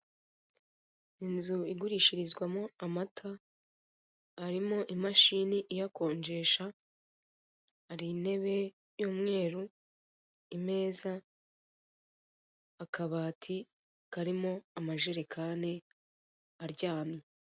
Inzu igurishirizwamo amata. Harimo imashini iyakonjesha, hari intebe y'umweru, imeza, akabati karimo amajerekani aryamye.